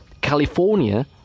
california